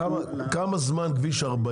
כמה זמן כביש 40